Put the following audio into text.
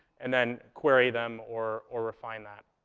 and then query them, or or refine that.